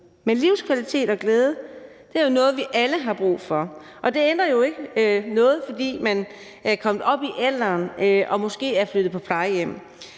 Men livskvalitet og glæde er noget, vi alle har brug for. Det ændrer sig jo ikke, fordi man er kommet op i alderen og måske er flyttet på plejehjem.